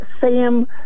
Sam